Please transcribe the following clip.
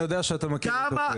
כמה